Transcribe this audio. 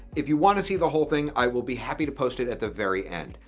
if you want to see the whole thing, i will be happy to post it at the very end.